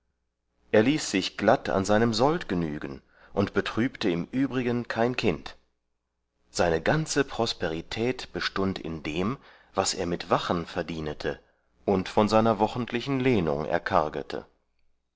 er ließ sich glatt an seinem sold genügen und betrübte im übrigen kein kind seine ganze prosperität bestund in dem was er mit wachen verdienete und von seiner wochentlichen lehnung